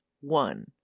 one